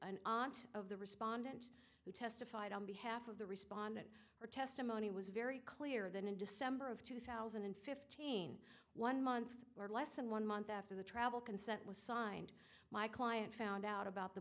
honest of the respondent who testified on behalf of the respondent her testimony was very clear that in december of two thousand and fifteen one month or less than one month after the travel consent was signed my client found out about the